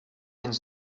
eens